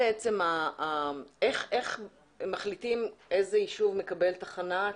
איך מחליטים איזה ישוב מקבל תחנה?